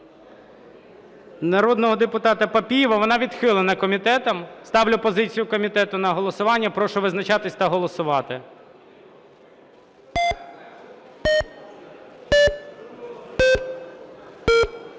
народного депутата Папієва, вона відхилена комітетом. Ставлю позицію комітету на голосування. Прошу визначатися та голосувати.